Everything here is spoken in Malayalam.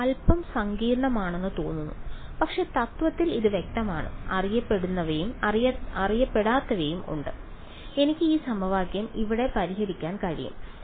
ഇത് അൽപ്പം സങ്കീർണ്ണമാണെന്ന് തോന്നുന്നു പക്ഷേ തത്വത്തിൽ ഇത് വ്യക്തമാണ് അറിയപ്പെടുന്നവയും അറിയാത്തവയും ഉണ്ട് എനിക്ക് ഈ സമവാക്യം ഇവിടെ പരിഹരിക്കാൻ കഴിയും